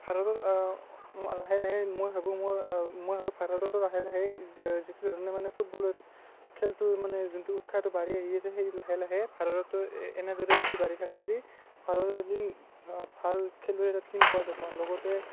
ভাৰতত লাহে লাহে মই ভাবোঁ মোৰ মই ভাবোঁ ভাৰততো লাহে লাহে এই যিটো ধৰণে মানে ফুটবলৰ খেলটোৰ মানে যোনটো উৎসাহটো বাঢ়ি আহি আছে সেই লাহে লাহে ভাৰততো এনেদৰে যদি বাঢ়ি থাকে যদি ভাৰত এদিন ভাল খেলুৱৈৰ এটা টীম পোৱা যাব লগতে